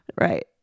Right